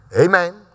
Amen